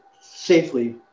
safely